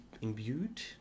imbued